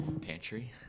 pantry